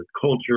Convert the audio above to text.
culture